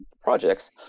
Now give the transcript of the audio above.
projects